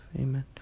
Amen